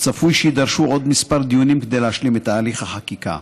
וצפוי שיידרשו עוד כמה דיונים כדי להשלים את תהליך החקיקה.